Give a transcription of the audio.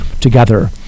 together